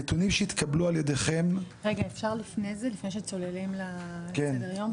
רגע, אפשר לפני שצוללים לסדר-היום?